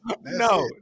no